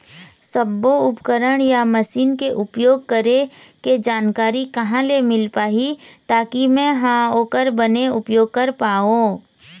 सब्बो उपकरण या मशीन के उपयोग करें के जानकारी कहा ले मील पाही ताकि मे हा ओकर बने उपयोग कर पाओ?